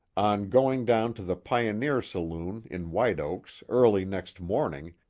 on going down to the pioneer saloon, in white oaks, early next morning,